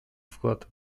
вклад